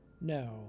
No